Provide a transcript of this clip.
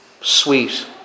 sweet